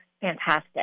fantastic